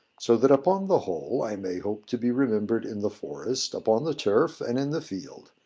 so that upon the whole i may hope to be remembered in the forest, upon the turf, and in the field.